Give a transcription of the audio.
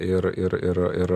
ir ir ir ir